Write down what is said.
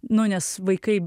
nuo nes vaikai